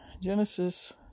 Genesis